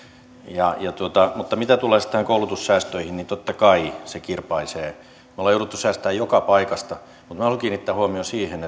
mutta mitä tulee näihin koulutussäästöihin niin totta kai se kirpaisee me olemme joutuneet säästämään joka paikasta mutta haluan kiinnittää huomion siihen